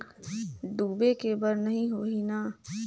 डूबे के बर नहीं होही न?